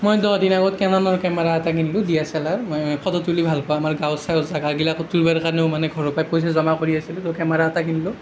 মই দহ দিন আগত কেননৰ কেমেৰা এটা কিনিলো ডি এছ এল আৰ মই ফ'টো তুলি ভালপাওঁ আমাৰ গাঁৱৰ ওচৰৰ জেগাবিলাকত তুলিবৰ কাৰণেও মানে ঘৰৰ পৰা পইচা জমা কৰি আছিলো তো কেমেৰা এটা কিনিলো